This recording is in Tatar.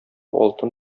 алтын